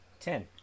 Ten